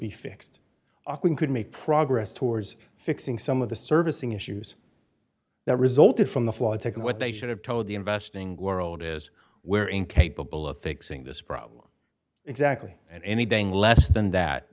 be fixed alk we could make progress towards fixing some of the servicing issues that resulted from the flawed take of what they should have told the investing world is we're incapable of fixing this problem exactly and anything less than that